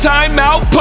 Timeout